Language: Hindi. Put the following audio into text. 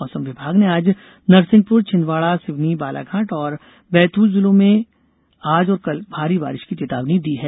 मौसम विभाग ने आज नरसिंहपुर छिंदवाडा सिवनी बालाघाट और बैतूल जिलों में आज और कल भारी बारिश की चेतावनी दी है